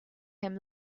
him